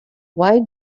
why